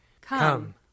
Come